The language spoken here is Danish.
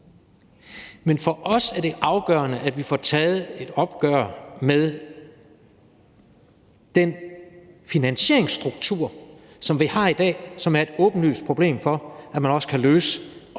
men for os er det afgørende, at vi får taget et opgør med den finansieringsstruktur, vi har i dag, som er en åbenlys barriere for, at man, sådan som